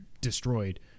destroyed